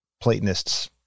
Platonists